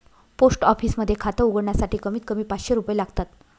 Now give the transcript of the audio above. post office मध्ये खात उघडण्यासाठी कमीत कमी पाचशे रुपये लागतात